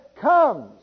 comes